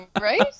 right